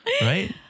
Right